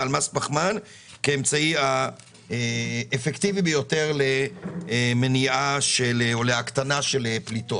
על מס פחמן כאמצעי האפקטיבי ביותר להקטנה של פליטות.